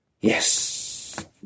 Yes